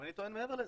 ואני טוען מעבר לזה.